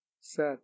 sad